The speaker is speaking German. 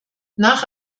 nach